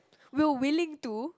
will willing to